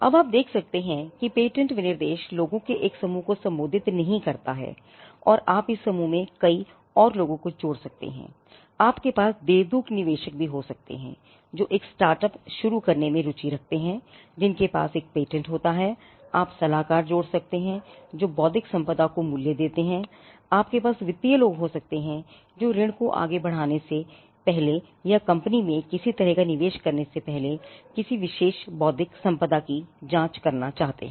अब आप देख सकते हैं कि पेटेंट विनिर्देश लोगों के एक समूह को संबोधित नहीं करता है और आप इस समूह में कई और लोगों को जोड़ सकते हैं आपके पास देवदूत निवेशक हो सकते हैं जो एक स्टार्टअप शुरू करने में रुचि रखते हैं जिसके पास एक पेटेंट होता है आप सलाहकार जोड़ सकते हैं जो बौद्धिक संपदा को मूल्य देता है आपके पास वित्तीय लोग हो सकते हैं जो ऋण को आगे बढ़ाने से पहले या कंपनी में किसी तरह का निवेश करने से पहले किसी विशेष बौद्धिक संपदा की जांच करना चाहते हैं